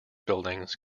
buildings